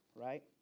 right